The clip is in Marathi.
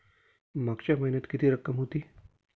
मागच्या महिन्यात किती रक्कम होती?